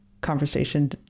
conversation